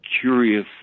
curious